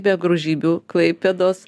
be grožybių klaipėdos